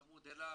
צמוד אליו,